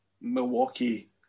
Milwaukee